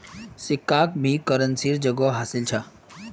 सिक्काक भी करेंसीर जोगोह हासिल छ